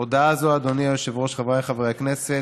הודעה זו, אדוני היושב-ראש, חבריי חברי הכנסת,